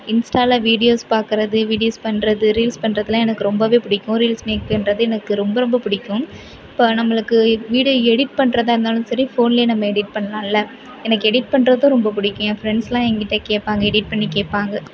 இன்ஸ்டாவில் வீடியோஸ் பார்க்கறது வீடியோஸ் பண்ணுறது ரீல்ஸ் பண்ணுறதுலாம் எனக்கு ரொம்பவே பிடிக்கும் ரீல்ஸ் மேக் பண்ணுறது எனக்கு ரொம்ப ரொம்ப பிடிக்கும் இப்போது நம்மளுக்கு வீடியோ எடிட் பண்ணுறதா இருந்தாலும் சரி ஃபோனிலே நம்ம எடிட் பண்ணலாம்ல்ல எனக்கு எடிட் பண்ணுறதும் ரொம்ப பிடிக்கும் என் ஃப்ரெண்ட்ஸ்யெலாம் என்கிட்டே கேட்பாங்க எடிட் பண்ணி கேட்பாங்க